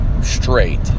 straight